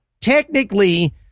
technically